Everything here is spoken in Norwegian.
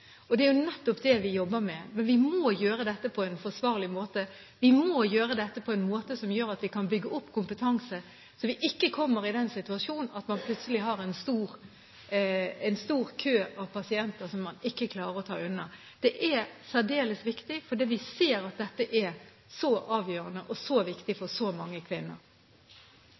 Og det er jo nettopp det vi jobber med. Men vi må gjøre dette på en forsvarlig måte. Vi må gjøre dette på en måte som gjør at vi kan bygge opp kompetanse, så vi ikke kommer i den situasjon at man plutselig har en stor kø av pasienter som man ikke klarer å ta unna. Det er særdeles viktig, fordi vi ser at dette er så avgjørende og så viktig for så mange kvinner.